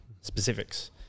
specifics